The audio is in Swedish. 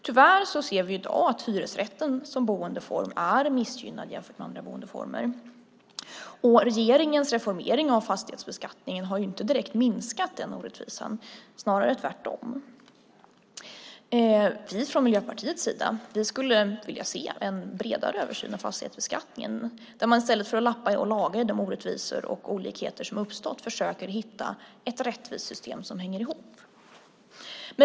Tyvärr ser vi i dag att hyresrätten som boendeform är missgynnad jämfört med andra boendeformer. Regeringens reformering av fastighetsbeskattningen har inte direkt minskat den orättvisan, snarare tvärtom. Vi från Miljöpartiet skulle vilja se en bredare översyn av fastighetsbeskattningen där man i stället för att lappa och laga i de orättvisor och olikheter som uppstått försöker hitta ett rättvist system som hänger ihop.